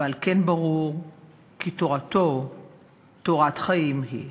ועל כן ברור כי תורתו תורת חיים היא,